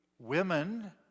women